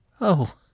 Oh